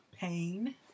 pain